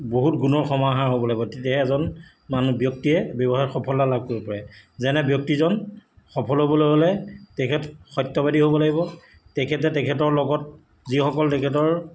বহুত গুণৰ সমাহাৰ হ'ব লাগিব তেতিয়াহে এজন মানুহ ব্যক্তিয়ে ব্যৱসায়ত সফলতা লাভ কৰিব পাৰে যেনে ব্যক্তিজন সফল হ'বলৈ হ'লে তেখেত সত্যবাদী হ'ব লাগিব তেখেতে তেখেতৰ লগত যিসকল তেখেতৰ